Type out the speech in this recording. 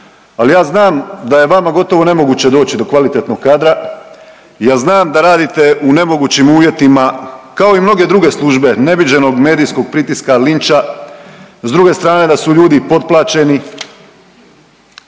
ali ja znam da je vama gotovo nemoguće doći do kvalitetnog kadra, ja znam da radite u nemogućim uvjetima kao i mnoge druge službe, neviđenog medijskog pritiska, linča, s druge strane da su ljudi potplačeni